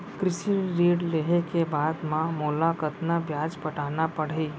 कृषि ऋण लेहे के बाद म मोला कतना ब्याज पटाना पड़ही?